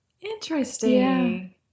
Interesting